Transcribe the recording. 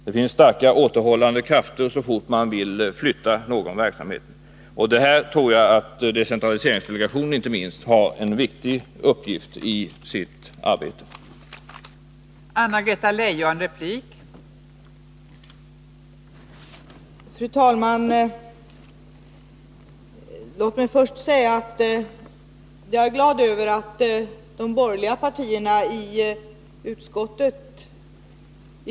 Det finns starka återhållande krafter så fort man vill flytta en verksamhet. Här tror jag att inte minst decentraliseringsdelegationen har en viktig uppgift att fylla för att skapa en rimlig beslutssituation.